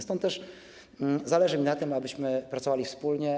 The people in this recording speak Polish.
Stąd też zależy mi na tym, abyśmy pracowali wspólnie.